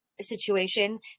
situation